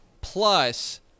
plus